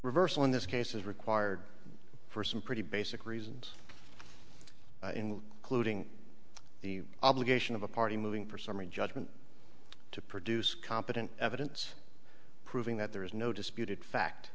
reversal in this case is required for some pretty basic reasons in clothing the obligation of a party moving for summary judgment to produce competent evidence proving that there is no disputed fact